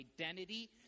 identity